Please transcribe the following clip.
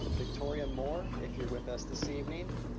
victoria moore, if you're with us this evening,